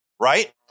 Right